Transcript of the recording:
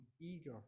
eager